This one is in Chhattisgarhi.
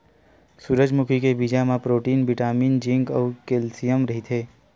सूरजमुखी के बीजा म प्रोटीन, बिटामिन, जिंक अउ केल्सियम रहिथे